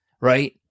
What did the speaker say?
Right